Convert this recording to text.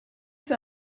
sche